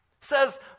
says